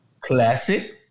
Classic